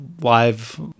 live